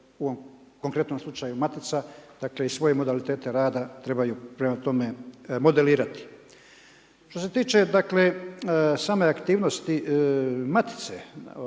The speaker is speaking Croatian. konkretnom slučaju Matica dakle i svoje modalitete rada trebaju prema tome modelirati. Što se tiče dakle same aktivnosti Matice